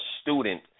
student